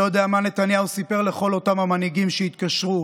אני לא יודע מה נתניהו סיפר לכל אותם המנהיגים שהתקשרו,